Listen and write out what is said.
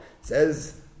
says